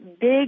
big